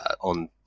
on